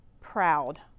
proud